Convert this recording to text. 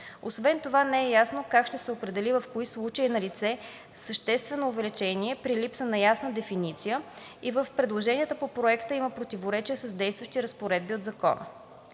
Освен това не е ясно как ще се определя в кои случаи е налице съществено увеличение при липса на ясна дефиниция и в предложенията по проекта има противоречие с действащи разпоредби от Закона.